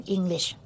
English